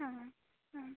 হুম হুম